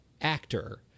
actor